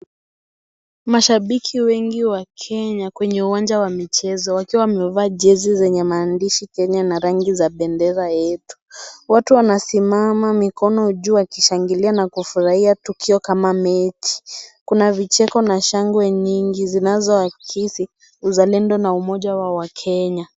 Mashabiki wengi wa Kenya kwenye uwanja wa michezo wakiwa wamevaa jezi zenye maandishi Kenya na rangi za bendera yetu. Watu wanasimama mikono juu wakishangilia na kufurahia tukio kama mechi. Kuna vicheko na shangwe nyingi zinazowakilisha uzalendo na umoja wa wakenya.